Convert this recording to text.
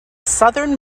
southern